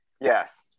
Yes